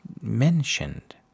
mentioned